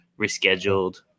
rescheduled